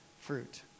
fruit